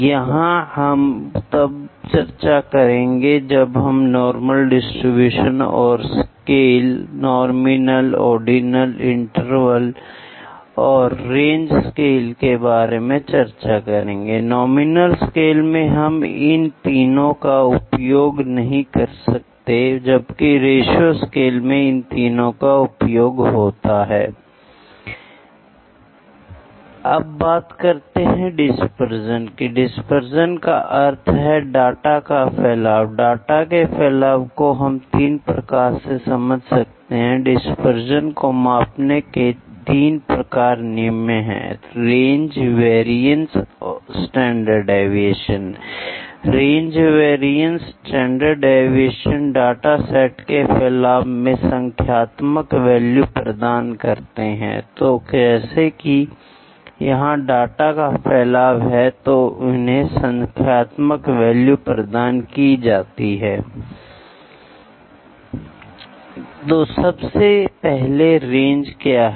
यह हम तब चर्चा करेंगे जब हम नॉर्मल डिस्ट्रीब्यूशन और स्केलनॉमिनल ऑर्डिनल इंटरवल और रेंज स्केल के बारे में चर्चा कर रहे होंगे I नॉमिनल स्केल में हम इन तीनों का उपयोग नहीं कर सकते जबकि रेशों स्केल में इन तीनों का प्रयोग होता है I अब बात करते हैं डिस्पर्शन की डिस्पर्शन का अर्थ है डाटा का फैलाव I डाटा के फैलाव को हम तीन प्रकार से समझ सकते हैं I डिस्पर्शन को मापने के तीन प्रकार निम्न है • range • variance • standard deviation range variance standard deviation dataset के फैलाव में संख्यात्मक वैल्यू प्रदान करते हैं I तो जैसा कि यहां डाटा का फैलाव है तो इन्हें संख्यात्मक वैल्यू प्रदान की जाती है I तो सबसे पहले रेंज क्या है